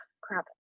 crap